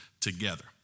together